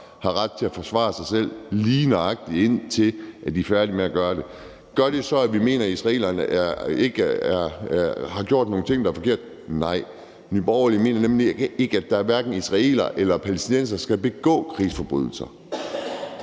har ret til at forsvare sig selv, lige nøjagtig indtil de er færdige med at gøre det. Gør det så, at vi mener, at israelerne ikke har gjort noget, der er forkert? Nej. Nye Borgerlige mener nemlig ikke, at hverken israelere eller palæstinensere skal begå krigsforbrydelser,